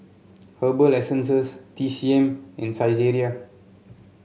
Herbal Essences T C M and Saizeriya